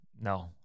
no